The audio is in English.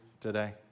today